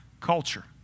culture